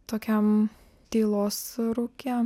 tokiam tylos rūke